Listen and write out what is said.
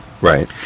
Right